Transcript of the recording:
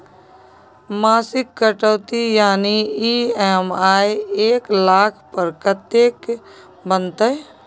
मासिक कटौती यानी ई.एम.आई एक लाख पर कत्ते के बनते?